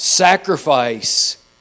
sacrifice